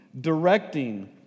directing